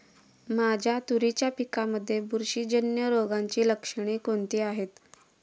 माझ्या तुरीच्या पिकामध्ये बुरशीजन्य रोगाची लक्षणे कोणती आहेत?